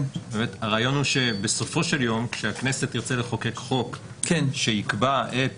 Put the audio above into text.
הרעיון הוא שבסופו של יום כאשר הכנסת תרצה לחוקק חוק שיקבע את